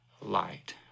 light